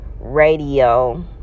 Radio